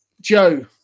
Joe